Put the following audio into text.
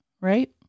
right